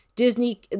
Disney